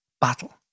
battle